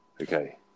okay